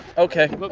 okay. but